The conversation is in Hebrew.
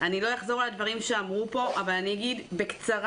אחזור על הדברים שנאמרו פה אבל אני אגיד בקצרה.